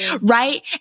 right